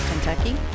Kentucky